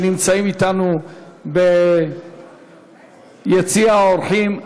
שנמצאים אתנו ביציע האורחים,